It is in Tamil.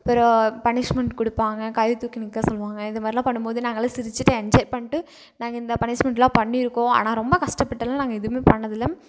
அப்புறம் பனிஷ்மென்ட் கொடுப்பாங்க கை தூக்கி நிற்க சொல்லுவாங்க இது மாதிரிலாம் பண்ணும்போது நாங்கள்லாம் சிரித்துட்டு என்ஜாய் பண்ணிட்டு நாங்கள் இந்த பனிஷ்மென்ட்லாம் பண்ணியிருக்கோம் ஆனால் ரொம்ப கஷ்டப்பட்டெல்லாம் நாங்கள் எதுவுமே பண்ணதில்ல